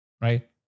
Right